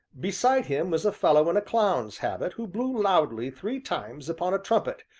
beside him was a fellow in a clown's habit who blew loudly three times upon a trumpet,